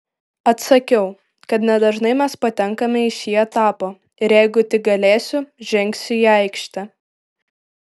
atsakiau kad nedažnai mes patenkame į šį etapą ir jeigu tik galėsiu žengsiu į aikštę